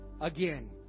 again